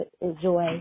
enjoy